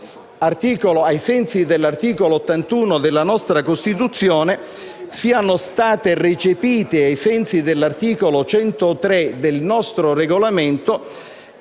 ai sensi dell'articolo 81 della nostra Costituzione, siano state recepite ai sensi dell'articolo 103 del nostro Regolamento,